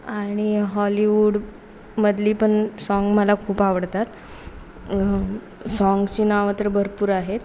आणि हॉलीवूडमधली पण साँग मला खूप आवडतात साँगची नाव तर भरपूर आहेत